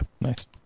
Nice